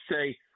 say